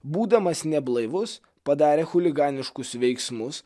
būdamas neblaivus padarė chuliganiškus veiksmus